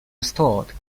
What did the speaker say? restored